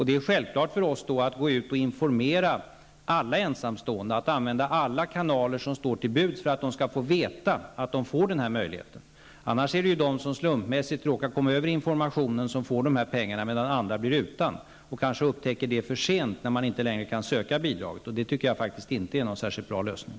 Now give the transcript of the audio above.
Det är självklart för oss att gå ut och informera alla ensamstående, att använda alla kanaler som står till buds för att de skall få veta att de har denna möjlighet. Annars är det de som slumpmässigt råkar komma över informationen som får dessa pengar, medan andra blir utan och kanske upptäcker det för sent, när de inte längre kan söka bidraget. Det tycker jag inte är någon särskilt bra lösning.